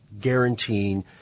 guaranteeing